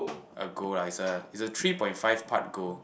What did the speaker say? a goal lah it's it's a three point five part goal